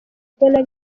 kubona